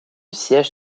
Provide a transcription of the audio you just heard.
siège